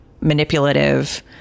manipulative